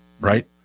right